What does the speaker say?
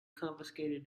confiscated